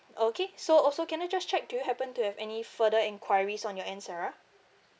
okay so also can I just check do you happen to have any further inquiries on your end sarah